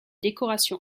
décoration